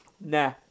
nah